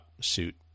suit